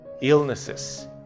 Illnesses